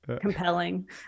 compelling